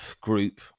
group